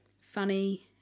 funny